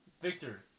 Victor